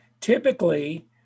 typically